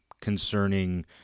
concerning